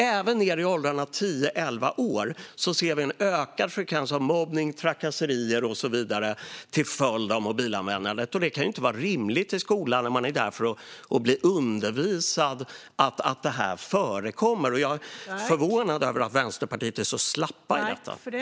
Även nere i åldrarna tio och elva år ser vi en ökad frekvens av mobbning, trakasserier och så vidare till följd av mobilanvändandet. Det kan inte vara rimligt att det förekommer i skolan. Man är där för att bli undervisad. Jag är förvånad över att Vänsterpartiet är så slappa när det gäller detta.